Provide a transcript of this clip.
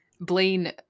Blaine